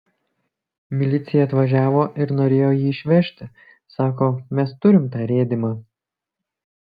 milicija atvažiavo ir norėjo jį išvežti sako mes turim tą rėdymą